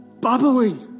bubbling